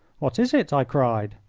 what is it? i cried.